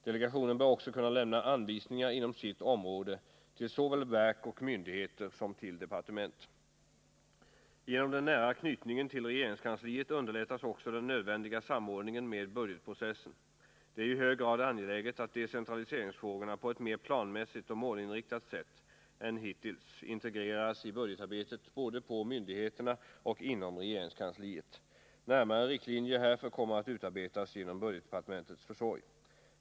Delegationen bör också kunna lämna anvisningar inom sitt område såväl till verk och myndigheter som till departement. Genom den nära knytningen till regeringskansliet underlättas också den nödvändiga samordningen med budgetprocessen. Det är i hög grad angeläget att decentraliseringsfrågorna på ett mer planmässigt och målinriktat sätt än hittills integreras i budgetarbetet både hos myndigheterna och inom regeringskansliet. Närmare riktlinjer härför kommer att utarbetas genom budgetdepartementets försorg.